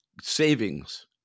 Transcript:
savings